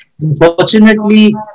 Unfortunately